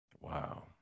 Wow